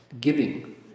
giving